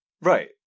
Right